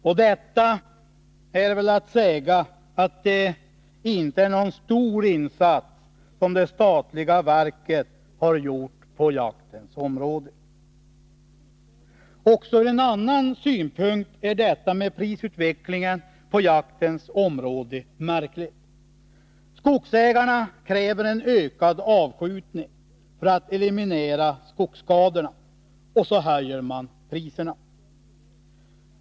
Om detta är väl att säga, att det inte är någon stor insats som det statliga verket har gjort på jaktens område. Också ur en annan synpunkt är prisutvecklingen på jaktens område märklig. Skogsägarna kräver en ökad avskjutning för att eliminera skogsskadorna, och sedan höjer man priserna.